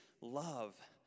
love